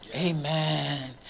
Amen